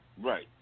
Right